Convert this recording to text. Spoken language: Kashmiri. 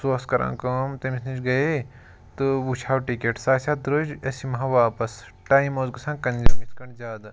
سُہ اوٗس کَران کٲم تٔمِس نِش گٔیے تہٕ وُچھہِ ہاو ٹِکیٚٹ سۄ آسہِ ہا درٛوٚج أسۍ یِم ہاو واپَس ٹایِم اوٗس گژھان کَنزیوٗم یِتھ پٲٹھۍ زیادٕ